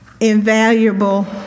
invaluable